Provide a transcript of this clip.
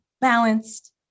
balanced